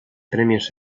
premios